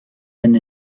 einen